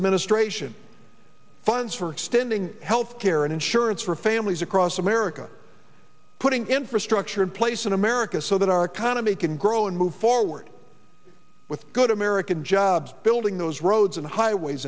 administration funds for extending health care and insurance for families across america putting infrastructure in place in america so that our economy can grow and move forward with good american jobs building those roads and highways